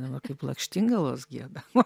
na va kaip lakštingalos giedam